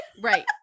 Right